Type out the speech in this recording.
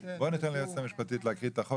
ניתן ליועצת המשפטית להקריא את החוק